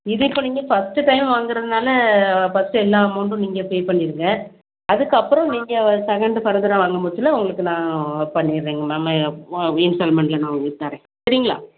இது இப்போ நீங்கள் ஃபர்ஸ்ட்டு டைம் வாங்குறதுனால ஃபர்ஸ்ட்டு எல்லா அமௌண்டும் நீங்கள் பே பண்ணிருங்க அதுக்கப்புறம் நீங்கள் செகண்டு ஃபர்தராக வாங்குமூச்சில் உங்களுக்கு நான் பண்ணிர்றேங்க மேம்மு இன்ஸ்டால்மெண்ட்டில் நான் உங்களுக்கு தரேன் சரிங்களா